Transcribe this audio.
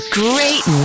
great